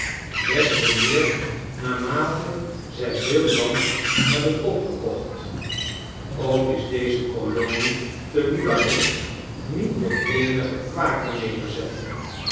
des te meer naarmate zij veel land hebben opgekocht ook is deze kolonie te lib anon niet de eenige kwaker nederzetting